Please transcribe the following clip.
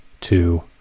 two